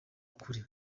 ukuri